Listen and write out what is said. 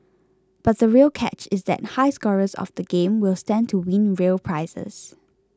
but the real catch is that high scorers of the game will stand to win real prizes